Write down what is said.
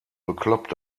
bekloppt